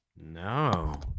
No